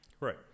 Right